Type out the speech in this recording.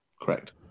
Correct